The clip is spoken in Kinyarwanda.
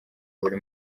buri